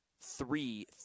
three